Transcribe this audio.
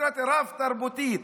דמוקרטיה רב-תרבותית,